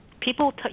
People